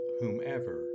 whomever